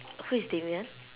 who is damian